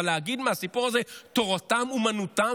אבל להגיד מהסיפור הזה שתורתם אומנותם